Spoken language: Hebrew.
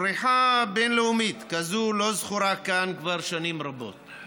פריחה בין-לאומית כזאת לא זכורה כאן כבר שנים רבות,